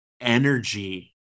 energy